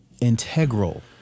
integral